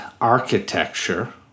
architecture